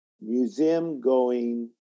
museum-going